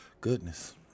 goodness